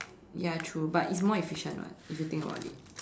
ya true but it's more efficient [what] if you think about it